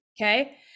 Okay